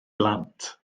blant